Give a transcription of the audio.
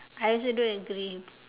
I also don't agree